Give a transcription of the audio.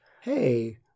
Hey